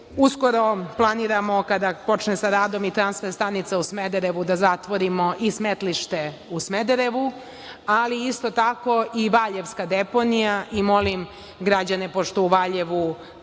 Topole. Uskoro planiramo, kada počne sa radom i transfer stanica u Smederevu, da zatvorimo i smetlište u Smederevu. Ali isto tako, i valjevska deponija. Molim građane, pošto u Valjevu